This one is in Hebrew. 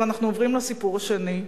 בסדר, אנחנו עוברים לסיפור השני.